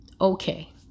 okay